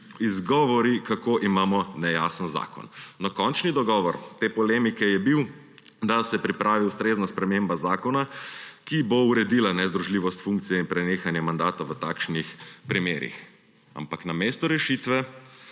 izgovori, kako imamo nejasen zakon. Končni dogovor te polemike je bil, da se pripravi ustrezna sprememba zakona, ki bo uredila nezdružljivost funkcije in prenehanje mandata v takšnih primerih. Ampak namesto rešitve,